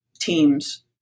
teams